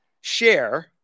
share